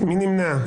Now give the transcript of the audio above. מי נמנע?